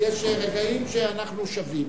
ויש רגעים שאנחנו שווים.